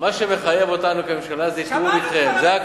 מה שמחייב אותנו כממשלה זה תיאום אתכם.